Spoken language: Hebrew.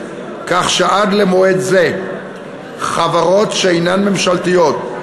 כך שעד למועד זה חברות שאינן ממשלתיות,